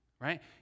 Right